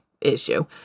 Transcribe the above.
issue